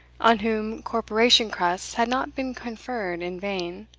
on whom corporation crusts had not been conferred in vain.